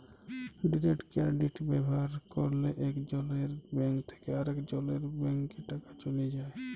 direct credit ব্যাভার ক্যরলে একজলের ব্যাংক থ্যাকে আরেকজলের ব্যাংকে টাকা চ্যলে যায়